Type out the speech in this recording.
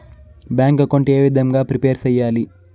Bank account ఏ విధంగా prepare సెయ్యాలి?